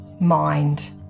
mind